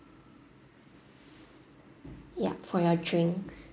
ya for your drinks